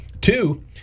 Two